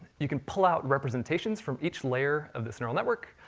you can pull out representations from each layer of this neural network,